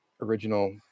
original